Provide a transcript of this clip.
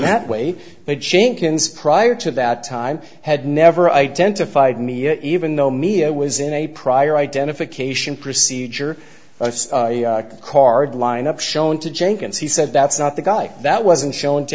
that way made chink ins prior to that time had never identified me even though media was in a prior identification procedure card lineup shown to jenkins he said that's not the guy that wasn't shown to